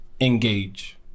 engage